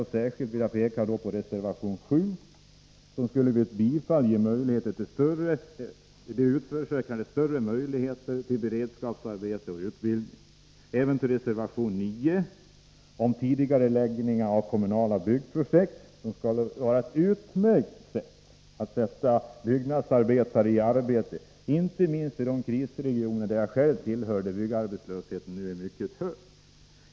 Jag vill särskilt peka på reservation 7. Ett bifall till den skulle ge de utförsäkrade större möjligheter till beredskapsarbete och utbildning. Även ett bifall till reservation 9, om tidigareläggning av kommunala byggprojekt, skulle vara ett utmärkt sätt att sätta byggnadsarbetare i arbete — inte minst i krisregioner som den jag själv kommer från, där byggarbetslösheten nu är mycket hög.